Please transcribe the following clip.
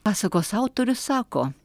pasakos autorius sako